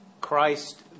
Christ